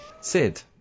Sid